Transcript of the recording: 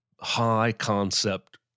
high-concept